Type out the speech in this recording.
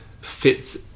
fits